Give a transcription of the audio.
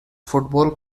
football